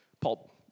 Paul